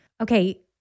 okay